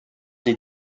des